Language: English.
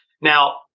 Now